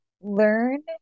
learn